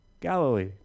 Galilee